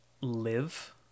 live